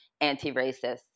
anti-racist